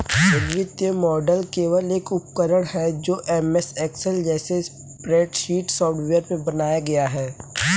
एक वित्तीय मॉडल केवल एक उपकरण है जो एमएस एक्सेल जैसे स्प्रेडशीट सॉफ़्टवेयर में बनाया गया है